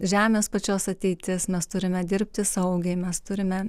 žemės pačios ateitis mes turime dirbti saugiai mes turime